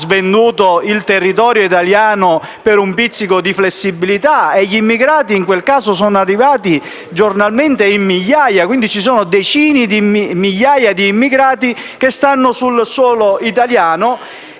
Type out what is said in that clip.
lo stesso Governo ha svenduto il territorio italiano per un pizzico di flessibilità e gli immigrati in quel caso sono arrivati giornalmente e a migliaia. Quindi ci sono decine di migliaia di immigrati che stanno sul suolo italiano